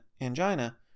angina